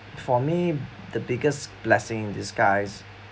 for me the biggest blessing in disguise